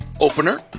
opener